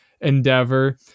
endeavor